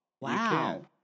Wow